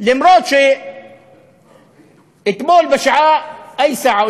אף-על-פי שאתמול בשעה איי אל-סעה,